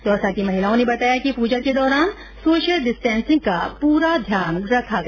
दौसा की महिलाओं ने बताया कि पूजा के दौरान सोशियल डिस्टेंसिंग का पूरा ध्यान रखा गया